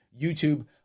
YouTube